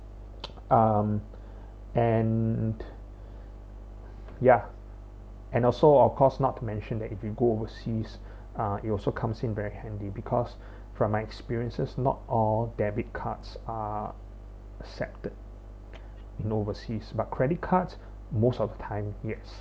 um and ya and also of course not to mention that if you go overseas uh it also comes in very handy because from my experiences not all debit cards are accepted in overseas but credit card most of the time yes